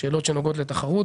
שאלות שנוגעות לתחרות,